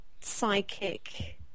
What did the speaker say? psychic